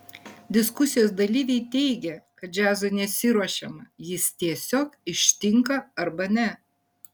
diskusijos dalyviai teigė kad džiazui nesiruošiama jis tiesiog ištinka arba ne